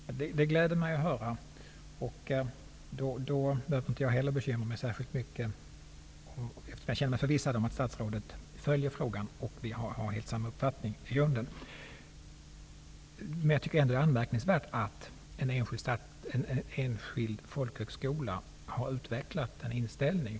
Herr talman! Det gläder mig att höra. Då behöver inte heller jag bekymra mig särskilt mycket, eftersom jag känner mig förvissad om att statsrådet följer frågan och eftersom vi i grunden har helt samma uppfattning. Men det är ändå anmärkningsvärt att en enskild folkhögskola har utvecklat denna inställning.